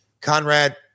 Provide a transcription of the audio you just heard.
Conrad